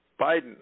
Biden